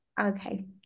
Okay